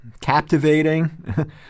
captivating